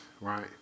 right